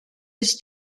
bis